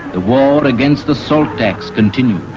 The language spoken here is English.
the war against the salt tax continued.